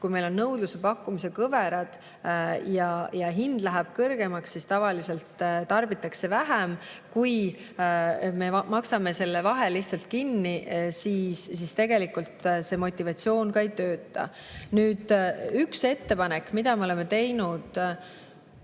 kui meil on nõudluse ja pakkumise kõverad ja hind läheb kõrgemaks, siis tavaliselt tarbitakse vähem. Ent kui me maksame selle vahe kinni, siis tegelikult see motivatsioon ei tööta. Nüüd, üks ettepanek, mille me oleme teinud